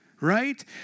Right